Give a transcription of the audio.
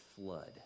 flood